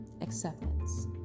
acceptance